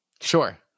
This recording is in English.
Sure